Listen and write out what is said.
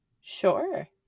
sure